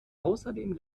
außerdem